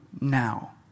now